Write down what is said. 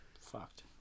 fucked